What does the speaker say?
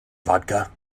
vodka